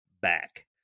back